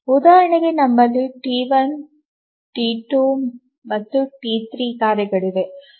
ಉದಾಹರಣೆಗೆ ನಮ್ಮಲ್ಲಿ T 1 T 2 ಮತ್ತು ಟಿ 3 ಕಾರ್ಯಗಳಿವೆ